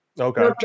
Okay